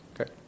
okay